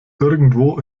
irgendwo